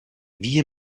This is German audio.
wie